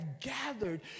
gathered